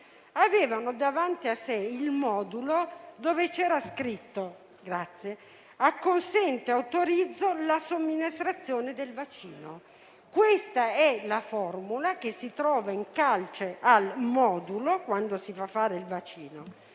avuto davanti a sé il modulo recante la dicitura «Acconsento e autorizzo la somministrazione del vaccino». Questa è la formula che si trova in calce al modulo quando si va a fare il vaccino.